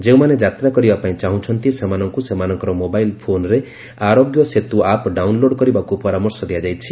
ଯେଉଁମାନେ ଯାତ୍ରା କରିବା ପାଇଁ ଚାହୁଁଛନ୍ତି ସେମାନଙ୍କୁ ସେମାନଙ୍କର ମୋବାଇଲ୍ ଫୋନ୍ରେ ଆରୋଗ୍ୟ ସେତୁ ଆପ୍ ଡାଉନ୍ଲୋଡ କରିବାକୁ ପରାମର୍ଶ ଦିଆଯାଇଛି